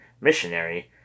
missionary